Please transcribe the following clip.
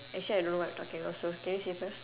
actually I don't know what I talking also can you say first